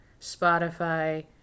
Spotify